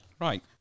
right